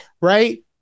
right